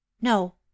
No